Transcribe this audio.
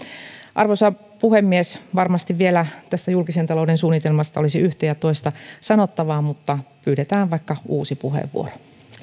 arvoisa puhemies varmasti vielä tästä julkisen talouden suunnitelmasta olisi yhtä ja toista sanottavaa mutta pyydetään vaikka uusi puheenvuoro